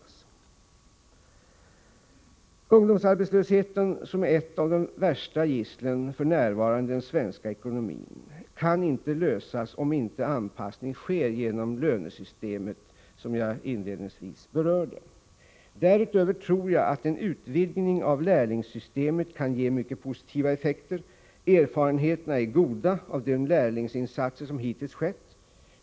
Problemet med ungdomsarbetslösheten, som är ett av de värsta gisslen f.n. i den svenska ekonomin, kan inte lösas om inte en anpassning sker av lönesystemet, som jag inledningsvis berörde. Därutöver tror jag att en utvidgning av lärlingssystemet kan ge mycket positiva effekter. Erfarenheterna är goda av de lärlingsinsatser som hittills skett.